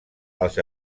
els